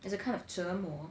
it's a kind of 折磨